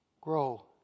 grow